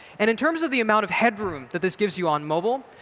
and in terms of the amount of headroom that this gives you on mobile,